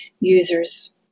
users